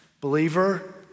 believer